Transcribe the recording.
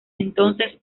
entonces